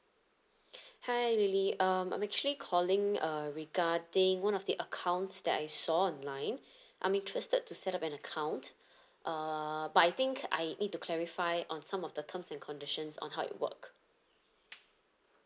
hi lily um I'm actually calling uh regarding one of the accounts that I saw online I'm interested to set up an account uh but I think I need to clarify on some of the terms and conditions on how it work